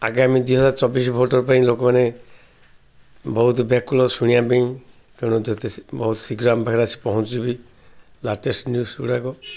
ଆଗାମୀ ଦୁଇହଜାର ଚବିଶ ଭୋଟର ପାଇଁ ଲୋକମାନେ ବହୁତ ବ୍ୟାକୁଳ ଶୁଣିବା ପାଇଁ ତେଣୁ ଯେତେ ଶି ବହୁତ ଶୀଘ୍ର ଆମ ପାଖରେ ଆସି ପହଞ୍ଚୁଛି ବି ଲାଟେଷ୍ଟ ନ୍ୟୁଜଗୁଡ଼ିକ